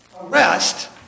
arrest